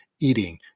eating